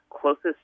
closest